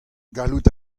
gallout